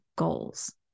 goals